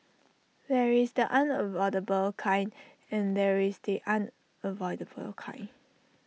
there is the unavoidable kind and there is the unavoidable kind